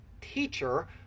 teacher